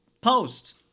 post